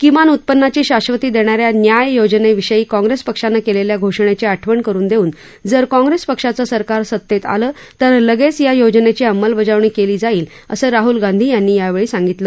किमान उत्पन्नाची शाश्वती देणा या न्याय योजनेविषयी काँग्रेस पक्षानं केलेल्या घोषणेची आठवण करुन देऊन जर काँग्रेस पक्षाचं सरकार सत्तेत आलं तर लगेच या योजनेची अंमलबजावणी केली जाईल असं राहूल गांधी यांनी यावेळी बोलताना सांगितलं